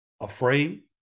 afraid